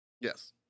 Yes